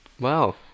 Wow